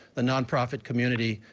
the nonprofit community,